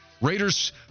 raiders